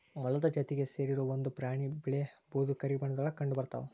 ಮೊಲದ ಜಾತಿಗೆ ಸೇರಿರು ಒಂದ ಪ್ರಾಣಿ ಬಿಳೇ ಬೂದು ಕರಿ ಬಣ್ಣದೊಳಗ ಕಂಡಬರತಾವ